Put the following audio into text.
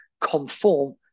conform